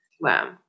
Wow